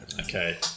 Okay